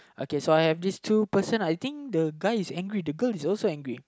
okay so I have this two person I think the guy is angry the girl is also angry